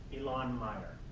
ilan meyer.